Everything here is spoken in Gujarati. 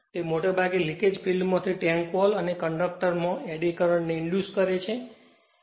તે મોટા ભાગે લિકેજ ફિલ્ડ માંથી ટેન્ક વૉલ અને કંડક્ટરમાં એડી કરંટ ને ઇંડ્યુસ કરે છે